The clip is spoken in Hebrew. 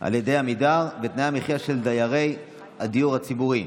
על ידי עמידר ותנאי המחיה של דיירי הדיור הציבורי.